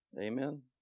Amen